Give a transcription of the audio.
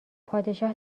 پادشاه